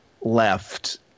left